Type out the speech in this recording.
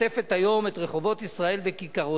לעשות את הפיגוע הנורא מכול.